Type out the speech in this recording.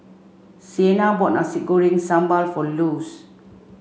Sienna bought Nasi Goreng Sambal for Luz